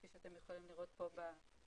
כפי שאתם יכולים לראות פה בדוגמה.